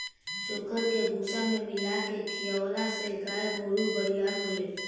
चोकर के भूसा में मिला के खिआवला से गाय गोरु बरियार होले